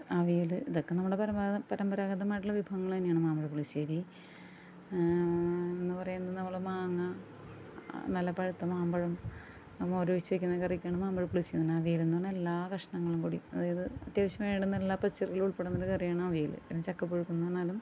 അവിയൽ ഇതൊക്കെ നമ്മുടെ പരമ്പരാഗം പരമ്പരാഗതമായിട്ടുള്ള വിഭാവങ്ങളന്നെയാണ് മാമ്പഴപ്പുളിശ്ശേരി എന്ന് പറയുന്നത് നമ്മൾ മാങ്ങാ നല്ല പഴുത്ത മാമ്പഴം മോരൊഴിച്ച് വെക്കുന്ന കറിയൊക്കെയാണ് മാമ്പഴപ്പുളിശ്ശേരിന്ന് അവിയലെന്ന് പറഞ്ഞാല് എല്ലാ കഷ്ണങ്ങളും കൂടി അതായത് അത്യാവശ്യം വേണംന്നുള്ള പച്ചക്കറികള് ഉള്പ്പെടുന്നൊരു കറിയാണ് അവിയൽ പിന്നെ ചക്കപ്പുഴുക്കെന്ന് പറഞ്ഞാലും